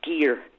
Gear